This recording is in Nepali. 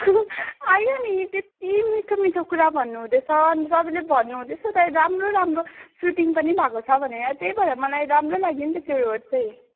आयो नि त्यति मिठो मिठो कुरा भन्नु हुँदैछ अन्त तपाईँले भन्नु हुँदैछ त राम्रो राम्रो सुटिङ पनि भएको छ भनेर त्यही भएर मलाई राम्रो लाग्यो नि त त्यो रोड चाहिँ